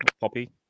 poppy